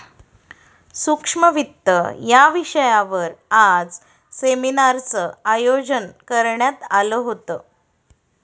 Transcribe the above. सूक्ष्म वित्त या विषयावर आज सेमिनारचं आयोजन करण्यात आलं होतं